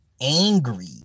angry